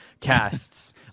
casts